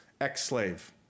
ex-slave